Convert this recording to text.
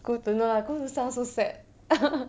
孤独 no lah 孤独 sound so sad